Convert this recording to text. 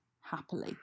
happily